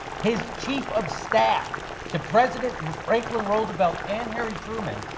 his chief of staff to president franklin roosevelt and harry truman,